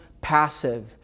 passive